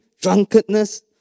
drunkenness